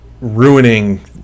ruining